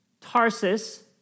Tarsus